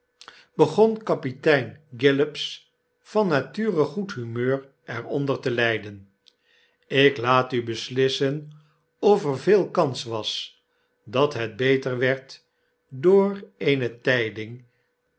begon kapitein gillops van nature goed humeur er onder te lijden ik laat u beslissen of er veel kans was dat het beter werd door eene tyding